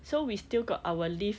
so we still got our leave